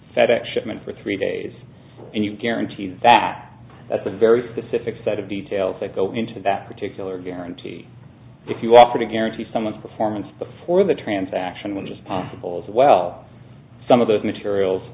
fedex shipment for three days and you've guaranteed bat that's a very specific set of details that go into that particular guarantee if you offer to guarantee someone performance before the transaction which is possible as well some of those materials